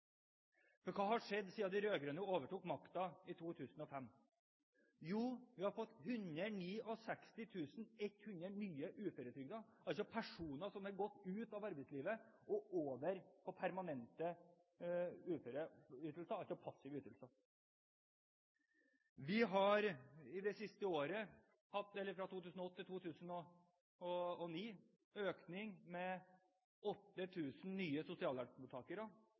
For hva har skjedd siden de rød-grønne overtok makten i 2005? Jo, vi har fått 169 100 nye uføretrygdede, altså personer som er gått ut av arbeidslivet og over på permanente uføreytelser, altså passive ytelser. Vi har fra 2008 til 2009 hatt en økning på 8 000 nye